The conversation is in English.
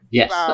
Yes